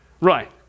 Right